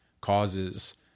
causes